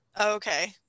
Okay